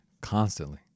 constantly